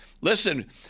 listen